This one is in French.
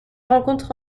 rencontre